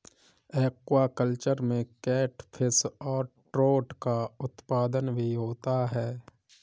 aquaculture में catfish और trout का उत्पादन भी होता है